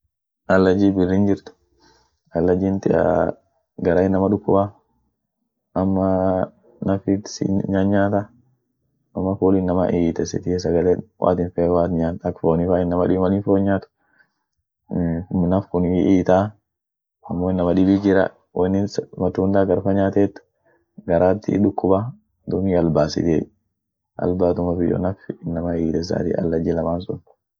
Allaji birrin jirt, allajin taa gara inama dukuba, amaa nafit si nyanyata ama ful inama i'itesitiey sagale woatin feen woat nyaat ak fooni fa, inama dibin malin foon nyaat, nafkun hi i'itaa, amo inama dibit jira woinin matunda agar fa nyaatet, garaati dukuba, duum hi albasitie, albatumaf iyo naf inama i'itesati allaji laman sun.